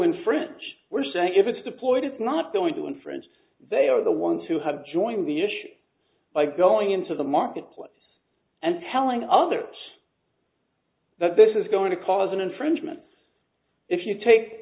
infringe we're saying if it's deployed it's not going to infringe they are the ones who have joined the issue by going into the marketplace and telling others that this is going to cause an infringement if you take